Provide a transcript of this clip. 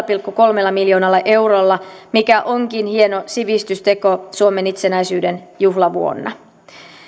pilkku kolmella miljoonalla eurolla mikä onkin hieno sivistysteko suomen itsenäisyyden juhlavuonna